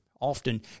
often